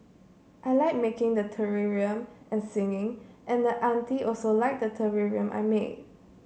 I like making the terrarium and singing and the auntie liked the terrarium I made